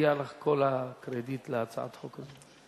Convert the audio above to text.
מגיע לך כל הקרדיט על הצעת החוק הזאת.